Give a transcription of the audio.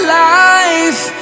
life